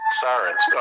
sirens